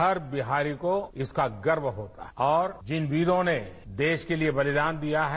हर बिहारी को इसका गर्व होता है और जिन वीरों ने देश के लिए बलिदान दिया है